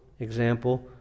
Example